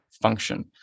function